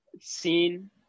seen